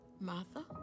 Martha